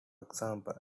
example